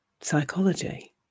psychology